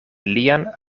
lian